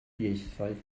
ieithoedd